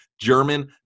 German